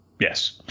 Yes